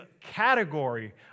category